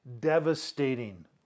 devastating